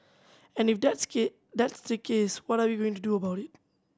and if that's that's the case what are we going to do about it